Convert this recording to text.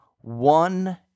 one